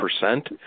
percent